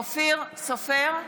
סופר,